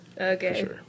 Okay